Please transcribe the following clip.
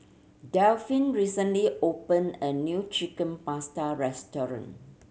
Delphine recently opened a new Chicken Pasta restaurant